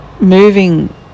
moving